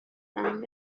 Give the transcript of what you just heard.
زنگ